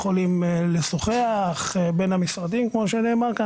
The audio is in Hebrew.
יכולים לשוחח בין המשרדים כמו שנאמר כאן,